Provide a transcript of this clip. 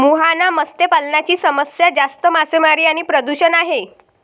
मुहाना मत्स्य पालनाची समस्या जास्त मासेमारी आणि प्रदूषण आहे